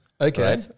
Okay